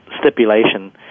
stipulation